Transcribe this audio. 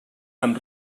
amb